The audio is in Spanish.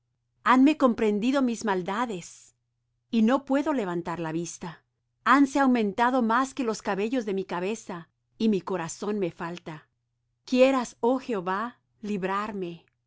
hanme comprendido mis maldades y no puedo levantar la vista hanse aumentado más que los cabellos de mi cabeza y mi corazón me falta quieras oh jehová librarme